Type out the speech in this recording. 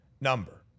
number